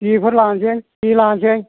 जेफोर लांनोसै जे लांनोसै